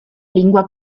lingua